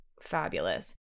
fabulous